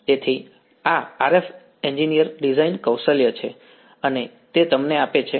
તેથી આ RF engineer design કૌશલ્ય છે અને તે તમને આપે છે